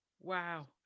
wow